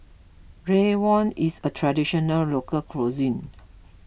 Rawon is a Traditional Local Cuisine